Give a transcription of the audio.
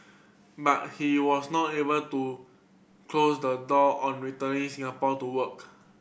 but he was not able to close the door on returning Singapore to work